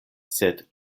sed